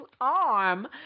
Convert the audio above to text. arm